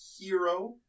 hero